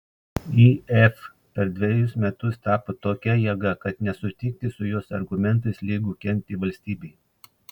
if per dvejus metus tapo tokia jėga kad nesutikti su jos argumentais lygu kenkti valstybei